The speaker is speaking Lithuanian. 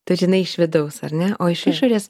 tu žinai iš vidaus ar ne o iš išorės